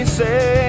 say